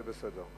זה בסדר.